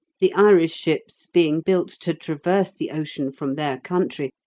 the irish ships, being built to traverse the ocean from their country,